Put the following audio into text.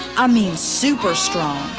i mean, superstrong.